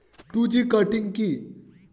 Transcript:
Two G cutting কি?